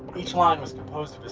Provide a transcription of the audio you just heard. each one was composed